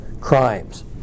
crimes